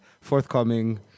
forthcoming